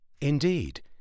Indeed